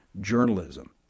journalism